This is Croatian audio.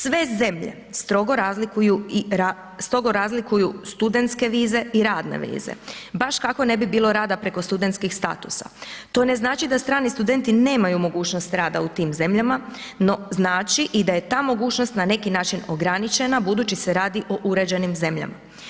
Sve zemlje strogo razlikuju i, strogo razlikuju studentske vize i radne vize baš kako ne bi bilo rada preko studentskih statusa, to ne znači da strani studenti nemaju mogućnost rada u tim zemljama, no znači i da je ta mogućnost na neki način ograničena budući se radi o uređenim zemljama.